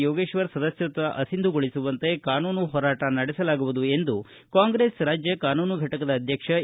ಯೋಗೇಶ್ವರ್ ಸದಸ್ವತ್ವ ಅಸಿಂಧುಗೊಳಿಸುವಂತೆ ಕಾನೂನು ಹೋರಾಟ ನಡೆಸಲಾಗುವುದು ಎಂದು ಎಂದು ಕಾಂಗ್ರೆಸ್ ರಾಜ್ಯ ಕಾನೂನು ಘಟಕದ ಅಧ್ಯಕ್ಷ ಎ